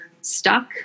stuck